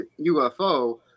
UFO